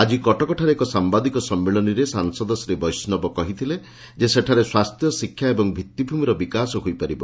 ଆକି କଟକଠାରେ ଏକ ସାମ୍ଭାଦିକ ସମ୍ମିଳନୀରେ ସାଂସଦ ଶ୍ରୀ ବୈଷ୍ବବ କହିଥିଲେ ଯେ ସେଠାରେ ସ୍ୱାସ୍ଥ୍ୟ ଶିକ୍ଷା ଓ ଭିଉିଭ୍ମିର ବିକାଶ ହୋଇପାରିବ